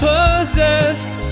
Possessed